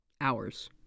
hours